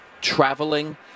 traveling